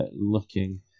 looking